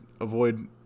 avoid